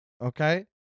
Okay